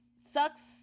sucks